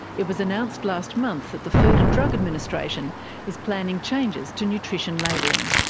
it was announced last month that the food and drug administration is planning changes to nutrition labelling.